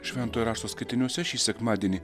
šventojo rašto skaitiniuose šį sekmadienį